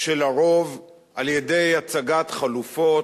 של הרוב על-ידי הצגת חלופות,